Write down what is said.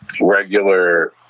regular